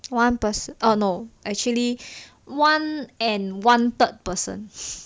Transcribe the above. one person err no actually one and one third person